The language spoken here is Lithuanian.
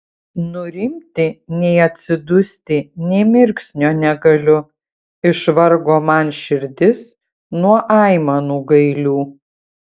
nurimti nei atsidusti nė mirksnio negaliu išvargo man širdis nuo aimanų gailių